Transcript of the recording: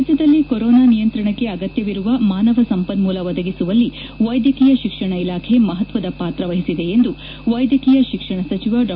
ರಾಜ್ಯದಲ್ಲಿ ಕೋರೋನಾ ನಿಯಂತ್ರಣಕ್ಕೆ ಅಗತ್ವವಿರುವ ಮಾನವ ಸಂಪನ್ಮೂಲ ಒದಗಿಸುವಲ್ಲಿ ವೈದ್ಯಕೀಯ ಶಿಕ್ಷಣ ಇಲಾಖೆ ಮಹತ್ವದ ಪಾತ್ರ ವಹಿಸಿದೆ ಎಂದು ವೈದ್ಯಕೀಯ ಶಿಕ್ಷಣ ಸಚಿವ ಡಾ